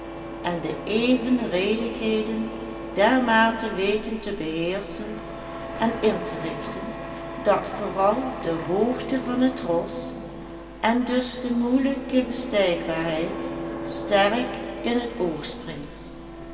en de evenredigheden dermate weten te beheerschen en in te richten dat vooral de hoogte van het ros en dus de moeielijke bestijgbaarheid sterk in t oog springt